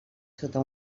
sota